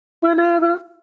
Whenever